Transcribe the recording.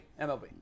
MLB